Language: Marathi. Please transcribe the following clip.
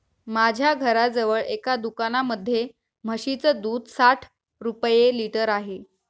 माझ्या घराजवळ एका दुकानामध्ये म्हशीचं दूध साठ रुपये लिटर आहे